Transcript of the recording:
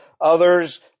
Others